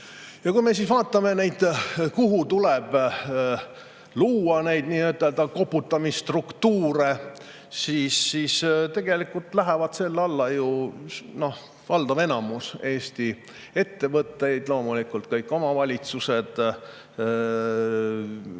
Ja kui me siis vaatame, kuhu tuleb neid n-ö koputamisstruktuure luua, siis tegelikult läheb selle alla valdav enamus Eesti ettevõtteid, loomulikult kõik omavalitsused,